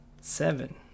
Seven